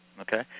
okay